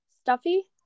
Stuffy